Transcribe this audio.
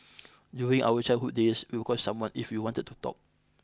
during our childhood days we would call someone if we wanted to talk